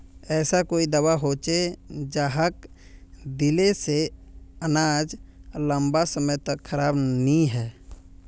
ऐसा कोई दाबा होचे जहाक दिले से अनाज लंबा समय तक खराब नी है?